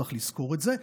וצריך לזכור את זה,